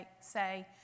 say